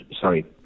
Sorry